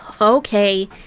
Okay